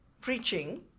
preaching